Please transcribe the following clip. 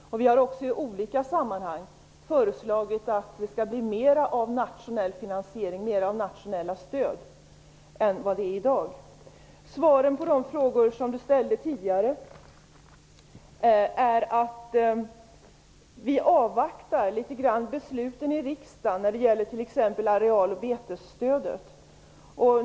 Vi har också i olika sammanhang föreslagit att det skall bli mer av nationell finansiering och nationella stöd än vad det är i dag. Svaren på de frågor som Maggi Mikaelsson tidigare ställde är att vi litet grand avvaktar besluten i riksdagen när det gäller t.ex. areal och betesstödet.